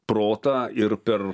protą ir per